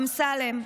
אמסלם: